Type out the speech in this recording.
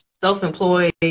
self-employed